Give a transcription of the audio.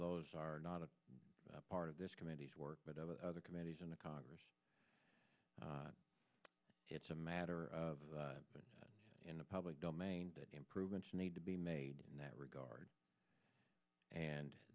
those are not a part of this committee's work but other committees in the congress it's a matter of what in the public domain improvements need to be made in that regard and